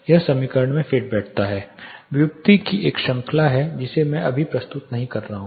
यह समीकरण में फिट बैठता है व्युत्पत्ति की एक श्रृंखला है जिसे मैं अभी प्रस्तुत नहीं कर रहा हूं